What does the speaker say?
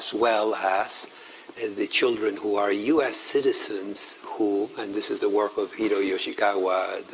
well as and the children who are us citizens who, and this is the work of hiro yoshikawa,